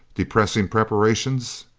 depressing preparations!